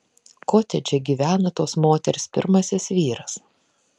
kotedže gyvena tos moters pirmasis vyras